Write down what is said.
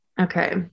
Okay